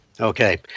Okay